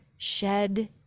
shed